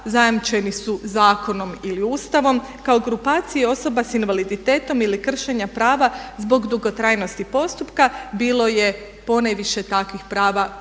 zajamčeni su zakonom ili Ustavom kao grupaciji osoba s invaliditetom ili kršenja prava zbog dugotrajnosti postupka. Bilo je ponajviše takvih prava iz